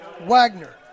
Wagner